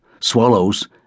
swallows